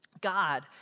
God